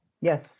Yes